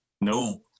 No